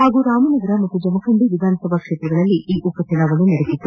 ಹಾಗೂ ರಾಮನಗರ ಮತ್ತು ಜಮಖಂಡಿ ವಿಧಾನಕ್ಷೇತ್ರಗಳಲ್ಲಿ ಈ ಉಪಚುನಾವಣೆ ನಡೆದಿತ್ತು